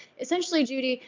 essentially, judy,